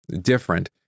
different